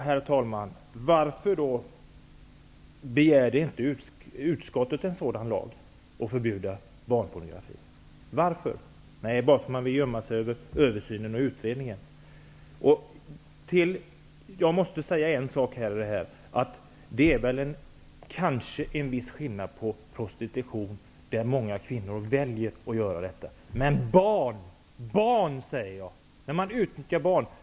Herr talman! Varför begärde utskottet då inte ett förslag till en lag som förbjuder barnpornografi? Varför? Jo, därför att man vill gömma sig bakom översynen och utredningen. Det finns kanske en viss skillnad i förhållande till prostitution, eftersom många kvinnor väljer att göra detta. Men här är det fråga om barn -- jag säger barn -- som utnyttjas!